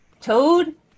Toad